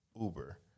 Uber